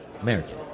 American